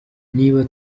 niba